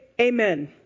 amen